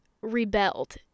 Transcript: rebelled